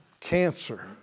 cancer